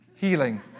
Healing